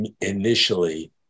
initially